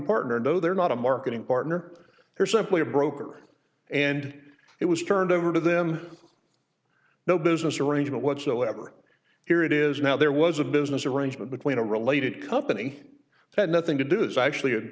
partner no they're not a marketing partner or simply a broker and it was turned over to them no business arrangement whatsoever here it is now there was a business arrangement between a related company that had nothing to do is actually